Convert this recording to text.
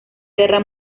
guerra